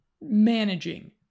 managing